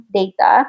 data